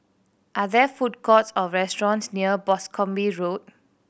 are there food courts or restaurants near Boscombe Road